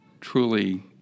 truly